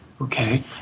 okay